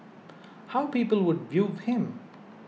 how people would view him